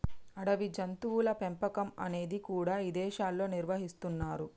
అడవి జంతువుల పెంపకం అనేది కూడా ఇదేశాల్లో నిర్వహిస్తున్నరు